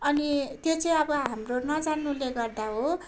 अनि त्यो चाहिँ अब हाम्रो नजान्नुले गर्दा हो